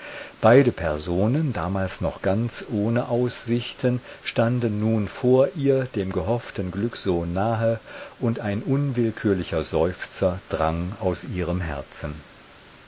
beide personen damals noch ganz ohne aussichten standen nun vor ihr dem gehofften glück so nahe und ein unwillkürlicher seufzer drang aus ihrem herzen